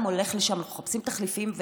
אנחנו מחפשים תחליפים,